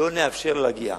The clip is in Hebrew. לא נאפשר להגיע.